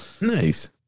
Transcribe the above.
nice